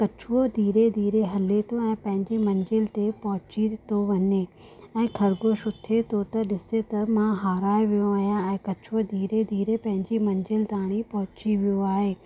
कछुओ धीरे धीरे हले थो ऐं पंहिंजी मंज़िल ते पहुची थो वञे ऐं ख़रगोश उथे थो त ॾिसे थो मां हराए वियो आहियां ऐं कछुओ धीरे धीरे पंहिंजी मंज़िल ताणी पहुंची वियो आहे